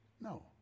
No